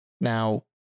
Now